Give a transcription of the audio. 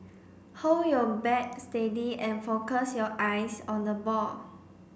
hold your bat steady and focus your eyes on the ball